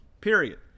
period